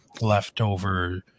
leftover